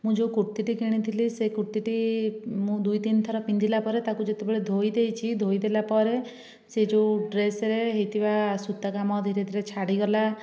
ମୁଁ ଯେଉଁ କୁର୍ତିଟି କିଣିଥିଲି ସେହି କୁର୍ତିଟି ମୁଁ ଦୁଇ ତିନି ଥର ପିନ୍ଧିଲା ପରେ ତାକୁ ଯେତେବେଳେ ଧୋଇ ଦେଇଛି ଧୋଇ ଦେଲାପରେ ସେହି ଯେଉଁ ଡ୍ରେସ୍ରେ ହୋଇଥିବା ସୂତା କାମ ଧୀରେ ଧୀରେ ଛାଡ଼ିଗଲା